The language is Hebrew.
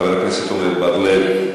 חבר הכנסת עמר בר-לב,